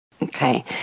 Okay